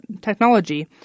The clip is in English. technology